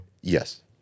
Yes